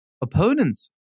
opponents